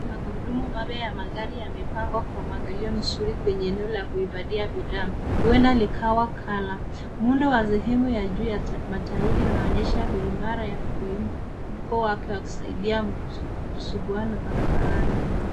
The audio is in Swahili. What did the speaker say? Magurudumu mapya ya magari yamepangwa Kwa mpangilio vizuri kwenye eneo la kuhifadhi bidhaa, huenda likawa colour. Muundo wa sehemu ya juu ya matairi unaonyesha uimara ya umuhimu ya kusaidia msuguano barabarani.